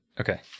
Okay